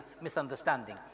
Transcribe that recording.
misunderstanding